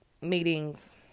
Meetings